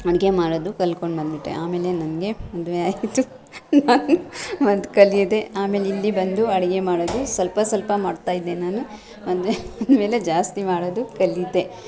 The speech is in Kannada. ಅಡುಗೆ ಮಾಡೋದು ಕಲ್ಕೊಂಡು ಬಂದುಬಿಟ್ಟೆ ಆಮೇಲೆ ನನಗೆ ಮದುವೆಯಾಯಿತು ನಾನು ಮತ್ತೆ ಕಲಿಯದೆ ಆಮೇಲೆ ಇಲ್ಲಿ ಬಂದು ಅಡುಗೆ ಮಾಡೋದು ಸ್ವಲ್ಪ ಸ್ವಲ್ಪ ಮಾಡ್ತಾಯಿದ್ದೆ ನಾನು ಮದುವೆ ಆದಮೇಲೆ ಜಾಸ್ತಿ ಮಾಡೋದು ಕಲಿತೆ